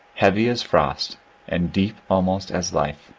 heavy as frost and deep almost as life.